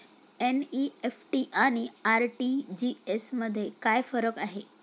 NEFT आणि RTGS मध्ये काय फरक आहे?